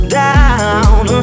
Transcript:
down